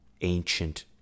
ancient